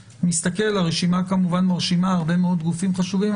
הרשימה מרשימה הרבה מאוד גופים חשובים,